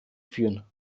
führen